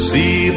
See